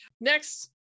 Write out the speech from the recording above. next